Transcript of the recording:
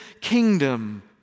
kingdom